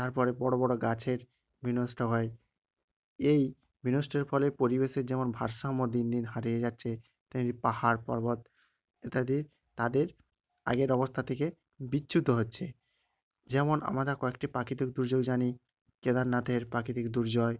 তারপরে বড়ো বড়ো গাছের বিনষ্ট হয় এই বিনষ্টের ফলে পরিবেশের যেমন ভারসাম্য দিন দিন হারিয়ে যাচ্ছে তেমনি পাহাড় পর্বত ইত্যাদি তাদের আগের অবস্থা থেকে বিচ্যুত হচ্ছে যেমন আমরা কয়েকটি প্রাকৃতিক দুর্যোগ জানি কেদারনাথের প্রাকৃতিক দুর্জয়